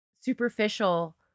superficial